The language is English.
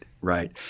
right